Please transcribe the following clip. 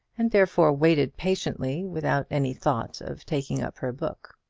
and therefore waited patiently, without any thought of taking up her book.